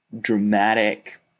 dramatic